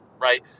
right